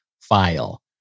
file